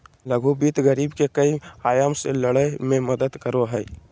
लघु वित्त गरीबी के कई आयाम से लड़य में मदद करो हइ